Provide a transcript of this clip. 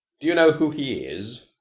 do you know who he is?